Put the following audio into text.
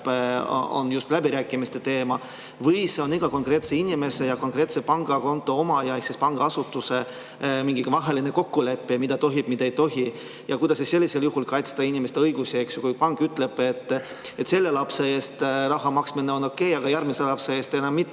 on läbirääkimiste teema, või on see iga konkreetse inimese ja konkreetse pangakonto omaja ehk pangaasutuse mingi kokkulepe, mida tohib ja mida ei tohi? Kuidas sellisel juhul kaitsta inimeste õigusi, kui pank ütleb, et selle lapse eest raha maksmine on okei, aga järgmise lapse eest enam mitte,